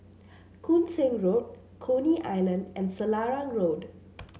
Koon Seng Road Coney Island and Selarang Road